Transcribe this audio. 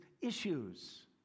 issues